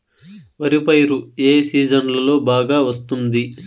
వరి పైరు ఏ సీజన్లలో బాగా వస్తుంది